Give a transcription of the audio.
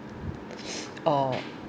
uh